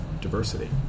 diversity